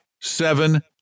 seven